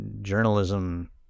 journalism